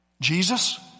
Jesus